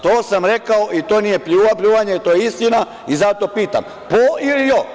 To sam rekao i to nije pljuvanje, to je istina i zato pitam – po ili jo?